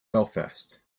belfast